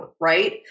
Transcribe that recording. right